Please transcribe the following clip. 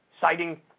Citing